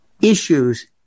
issues